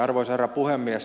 arvoisa herra puhemies